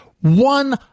One